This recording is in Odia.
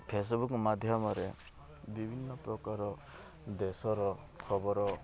ଫେସବୁକ୍ ମାଧ୍ୟମରେ ବିଭିନ୍ନ ପ୍ରକାର ଦେଶର ଖବର